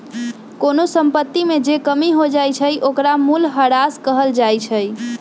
कोनो संपत्ति में जे कमी हो जाई छई ओकरा मूलहरास कहल जाई छई